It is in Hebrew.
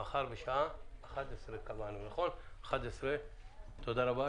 מחר בשעה 11:00. תודה רבה,